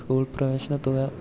school പ്രവേശന തുക